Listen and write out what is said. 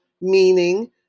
meaning